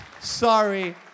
Sorry